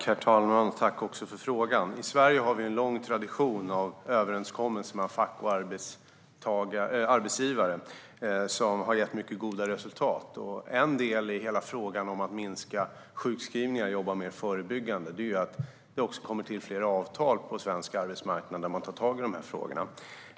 Herr talman! Tack för frågan, Lotta Finstorp! I Sverige har vi en lång tradition av överenskommelser mellan fack och arbetsgivare, vilket har gett mycket goda resultat. En del i frågan om att minska antalet sjukskrivningar och jobba mer förebyggande är att det på svensk arbetsmarknad kommer till fler avtal där man tar tag i de frågorna.